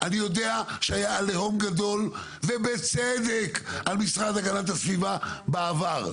אני יודע שהיה עליהום גדול ובצדק על משרד הגנת הסביבה בעבר,